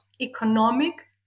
economic